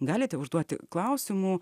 galite užduoti klausimų